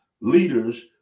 leaders